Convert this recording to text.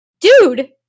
dude